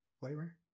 flavor